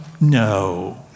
No